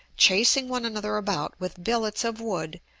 chasing one another about with billets of wood,